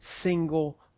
single